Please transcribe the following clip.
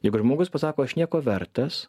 jeigu žmogus pasako aš nieko vertas